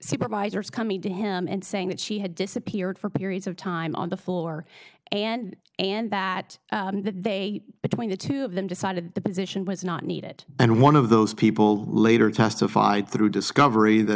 supervisors coming to him and saying that she had disappeared for periods of time on the floor and and that they between the two of them decided the position was not needed and one of those people later testified through discovery th